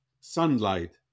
sunlight